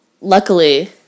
luckily